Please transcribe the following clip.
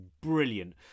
brilliant